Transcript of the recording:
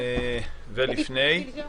ולפני זה.